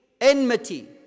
enmity